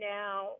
now